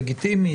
לגיטימית,